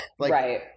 Right